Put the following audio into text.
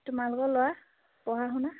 তোমালোকৰ ল'ৰা পঢ়া শুনা